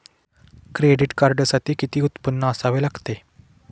Credit कार्डसाठी किती उत्पन्न असावे लागते?